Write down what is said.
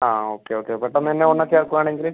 ആ okay okay പെട്ടെന്നുതന്നെ വന്ന് ചേർക്കുവാണെങ്കിൽ